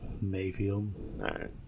Mayfield